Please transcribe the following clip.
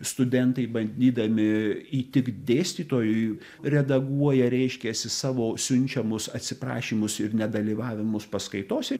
studentai bandydami įtikt dėstytojui redaguoja reiškiasi savo siunčiamus atsiprašymus ir nedalyvavimus paskaitose